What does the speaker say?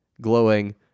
glowing